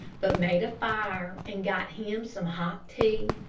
but made a fire and got him some hot tea.